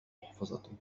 محفظتي